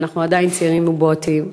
ואנחנו עדיין צעירים ובועטים,